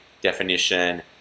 definition